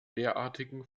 derartigen